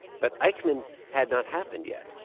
but eichmann had not happened yet.